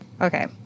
Okay